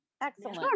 Excellent